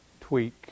tweak